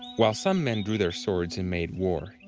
while some men drew their swords and made war,